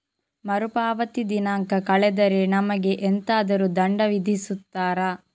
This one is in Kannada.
ಮರುಪಾವತಿ ದಿನಾಂಕ ಕಳೆದರೆ ನಮಗೆ ಎಂತಾದರು ದಂಡ ವಿಧಿಸುತ್ತಾರ?